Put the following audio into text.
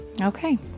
Okay